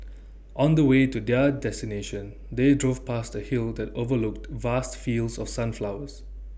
on the way to their destination they drove past A hill that overlooked vast fields of sunflowers